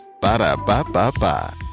Ba-da-ba-ba-ba